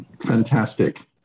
Fantastic